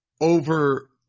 over